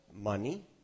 money